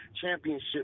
championship